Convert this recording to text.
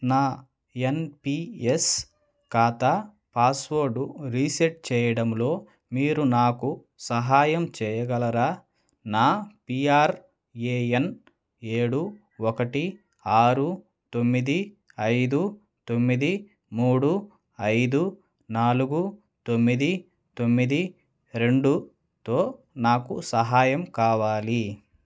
నా ఎన్పీఎస్ ఖాతా password reset చేయడంలో మీరు నాకు సహాయం చేయగలరా నా పీఆర్ఏఎన్ ఏడు ఒకటి ఆరు తొమ్మిది ఐదు తొమ్మిది మూడు ఐదు నాలుగు తొమ్మిది తొమ్మిది రెండుతో నాకు సహాయం కావాలి